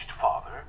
father